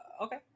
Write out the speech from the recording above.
Okay